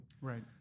Right